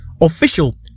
Official